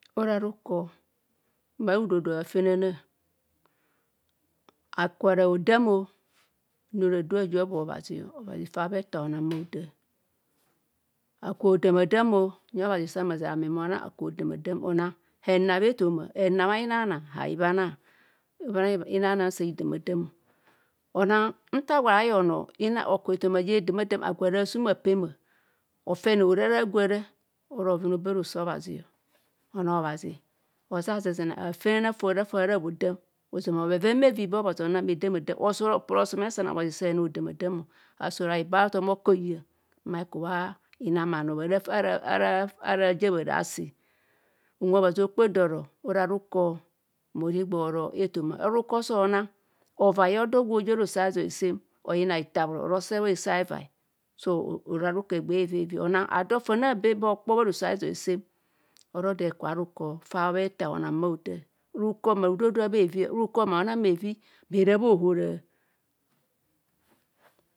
Ora ruko mara rudodoa afenana aru ara hao daamo nu radu aajo abhoa obhazi fa bhe thaa honang bho haoda aku odamadamo nyi obhazi sam azdne aro ame ma onang aku odama dam o onang hdnabhe ethom a henabhe a hinaanang habhana nang hinanang sa hidamadam onang nta agwo ara ayeng onoo o oku ethoma je edamadam araa asum apema ofene ora ara agwo araa ora bhoven a obe bharoso obhazi ona obhazi osu ozezena afenana fo ora fasa ara hoodam ozama bheven bheevi fasa aara habhodam opo ora osom esane obhazi sa enanv odamadam o asi ora hibaa hitom oko hiyanv mma hikibho hinang bhanoo asi unwe obhazi okpe do oro or riko ma ora igboro ethoma ruko sarunang ovai odo gwe oji bha roso azoi sem otina hithabhoro ora ose bha hese a- evai so ora ruko egbee eve- evi o onang ado fon abe ba okpo bharoso azoi oro do heku bharuko ruko maru dodoa bheevi ruko mma runanv bheevi bhera bhaohora